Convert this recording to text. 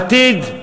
עתיד,